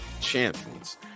champions